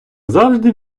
завжди